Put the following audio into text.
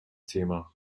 thema